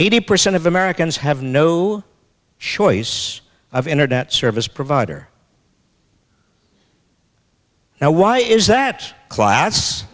eighty percent of americans have no choice of internet service provider now why is that cl